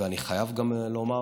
ואני חייב גם לומר: